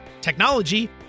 technology